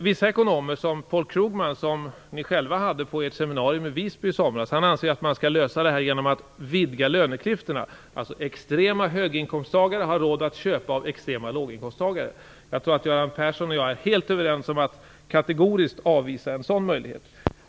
Vissa ekonomer, som Paul Krugman, som Socialdemokraterna hade med på sitt seminarium i Visby i somras, anser att man skall lösa detta genom att vidga löneklyftorna, dvs. att extrema höginkomsttagare skall ha råd att köpa av extrema låginkomsttagare. Jag tror att Göran Persson och jag är helt överens om att kategoriskt avvisa en sådan möjlighet.